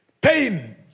pain